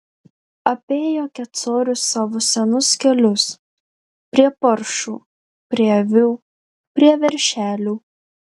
apėjo kecorius savo senus kelius prie paršų prie avių prie veršelių